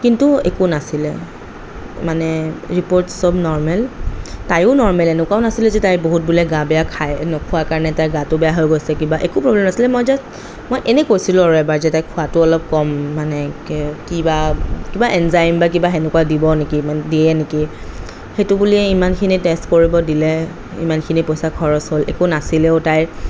কিন্তু একো নাছিলে মানে ৰিপৰ্টচ চব নৰ্মেল তাইও নৰ্মেল এনেকুৱাও নাছিলে যে তাইৰ বহুত বোলে গা বেয়া খাই নোখোৱা কাৰণে তাইৰ গাটো বেয়া হৈ গৈছে কিবা একো প্ৰবলেম নাছিলে মই জাষ্ট মই এনেই কৈছিলো আৰু এবাৰ যে তাইৰ খোৱাটো অলপ কম মানে কে কিবা কিবা এনজাইম সেনেকুৱা দিব নেকি দিয়ে নেকি সেইটো বুলিয়েই ইমানখিনি টেষ্ট কৰিব দিলে ইমানখিনি পইচা খৰচ হ'ল একো নাছিলেও তাইৰ